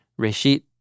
Reshit